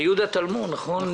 בטלפון.